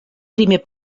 primer